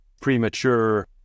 premature